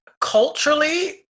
Culturally